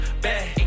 bad